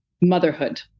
motherhood